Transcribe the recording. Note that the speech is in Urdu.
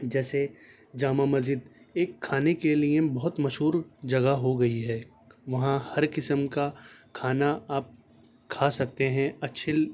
جیسے جامع مسجد ایک کھانے کے لیے بہت مشہور جگہ ہو گئی ہے وہاں ہر قسم کا کھانا آپ کھا سکتے ہیں اچھے